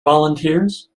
volunteers